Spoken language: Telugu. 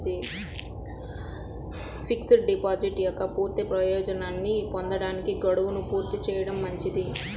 ఫిక్స్డ్ డిపాజిట్ యొక్క పూర్తి ప్రయోజనాన్ని పొందడానికి, గడువును పూర్తి చేయడం మంచిది